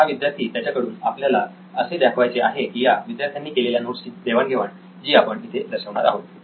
तर हा विद्यार्थी त्याच्या कडून आपल्याला असे दाखवायचे आहे की या विद्यार्थ्यांनी केलेल्या नोट्स ची देवाण घेवाण जी आपण इथे दर्शविणार आहोत